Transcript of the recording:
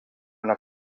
una